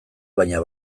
baina